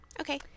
Okay